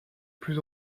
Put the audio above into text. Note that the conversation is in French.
plus